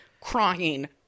crying